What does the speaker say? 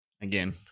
again